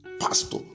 pastor